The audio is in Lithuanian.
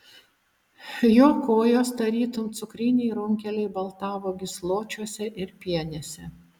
jo kojos tarytum cukriniai runkeliai baltavo gysločiuose ir pienėse